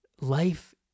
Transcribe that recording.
life